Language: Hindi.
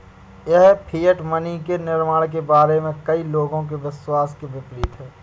यह फिएट मनी के निर्माण के बारे में कई लोगों के विश्वास के विपरीत है